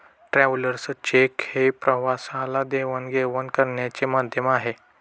travellers cheque हे प्रवाशाला देवाणघेवाण करण्याचे माध्यम आहे